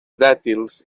dàtils